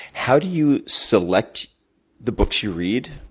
how do you select the books you read,